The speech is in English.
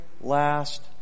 last